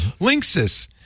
Linksys